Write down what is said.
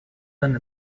than